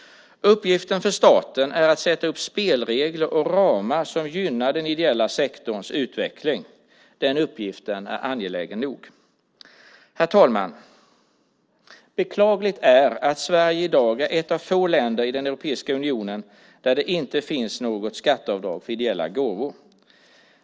Uppgiften för staten är att sätta upp spelregler och ramar som gynnar den ideella sektorns utveckling. Den uppgiften är angelägen nog. Herr talman! Det är beklagligt att Sverige i dag är ett av få länder i den europeiska unionen där det inte finns något skatteavdrag för ideella gåvor.